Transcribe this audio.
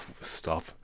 Stop